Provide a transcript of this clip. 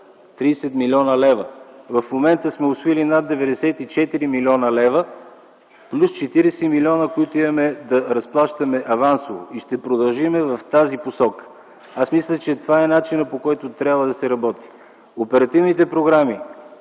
30 млн. лв. В момента сме усвоили над 94 млн. лв. плюс 40 млн. лв., които имаме да разплащаме авансово. Ще продължим в тази посока. Мисля, че това е начинът, по който трябва да се работи. Оперативните програми